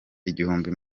igihumbi